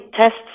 tests